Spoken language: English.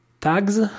Tags